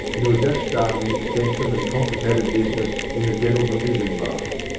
and who had just started an extensive and com plicated business in the general provision line.